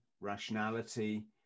rationality